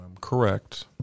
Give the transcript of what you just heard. correct